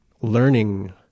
learning